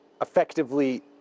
effectively